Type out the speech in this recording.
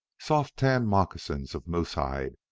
soft-tanned moccasins of moose-hide,